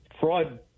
fraud